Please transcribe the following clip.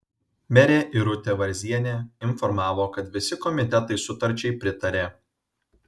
merė irutė varzienė informavo kad visi komitetai sutarčiai pritarė